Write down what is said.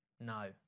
No